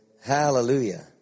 Hallelujah